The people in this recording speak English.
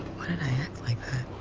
why did i act like